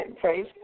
Praise